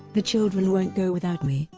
the children won't go without me.